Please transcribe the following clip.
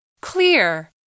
Clear